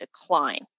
decline